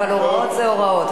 אבל הוראות זה הוראות,